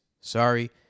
sorry